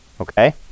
okay